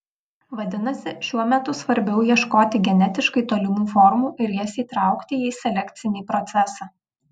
vadinasi šiuo metu svarbiau ieškoti genetiškai tolimų formų ir jas įtraukti į selekcinį procesą